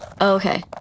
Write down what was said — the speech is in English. Okay